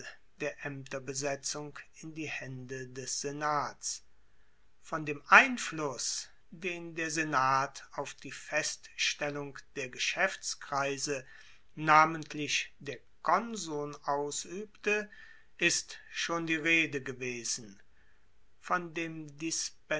der aemterbesetzung in die haende des senats von dem einfluss den der senat auf die feststellung der geschaeftskreise namentlich der konsuln ausuebte ist schon die rede gewesen von dem